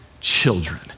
children